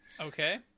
Okay